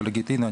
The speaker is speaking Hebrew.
להגיד: הינה,